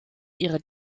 ihrer